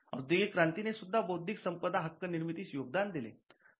औद्योगिक क्रांती ने सुद्धा बौद्धिक संपदा हक्क निर्मितीस योगदान दिले